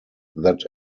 that